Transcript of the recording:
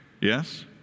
Yes